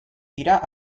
dira